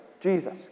Jesus